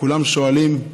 וכולם שואלים: